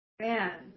Man